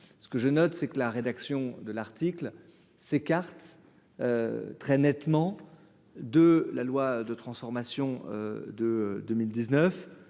ce que je note, c'est que la rédaction de l'article s'écartent très nettement de la loi de transformation de 2000